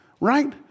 right